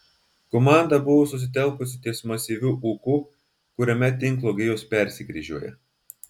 komanda buvo susitelkusi ties masyviu ūku kuriame tinklo gijos persikryžiuoja